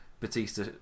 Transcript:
Batista